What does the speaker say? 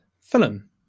film